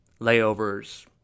Layovers